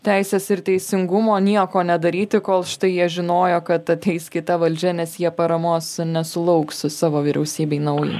teisės ir teisingumo nieko nedaryti kol štai jie žinojo kad ateis kita valdžia nes jie paramos nesulauks savo vyriausybei nauj